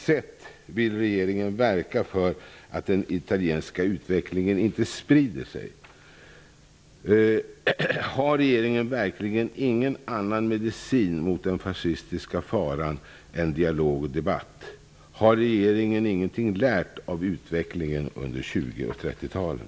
Har regeringen verkligen ingen annan medicin mot den fascistiska faran än dialog och debatt? Har regeringen ingenting lärt av utvecklingen under 20 och 30-talen?